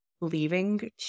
leaving